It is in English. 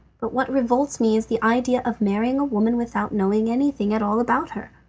but what revolts me is the idea of marrying a woman without knowing anything at all about her.